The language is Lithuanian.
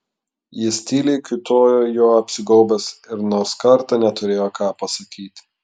jis tyliai kiūtojo juo apsigaubęs ir nors kartą neturėjo ką pasakyti